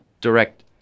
direct